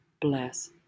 bless